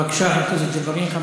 בבקשה, חבר הכנסת ג'בארין.